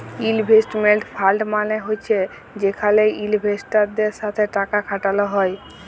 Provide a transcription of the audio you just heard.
investment fund মালে হছে যেখালে ইলভেস্টারদের সাথে টাকা খাটাল হ্যয়